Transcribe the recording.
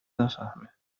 نفهمه